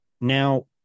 now